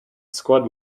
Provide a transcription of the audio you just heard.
squad